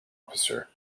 officer